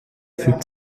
fügt